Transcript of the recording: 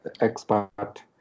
expert